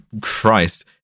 Christ